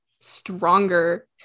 stronger